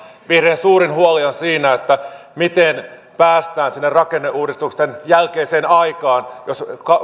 vihreiden suurin huoli on siinä miten päästään sinne rakenneuudistusten jälkeiseen aikaan jos